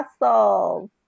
muscles